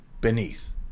Beneath